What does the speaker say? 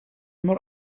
mor